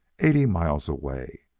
eighty miles away,